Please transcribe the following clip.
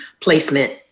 placement